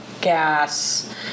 gas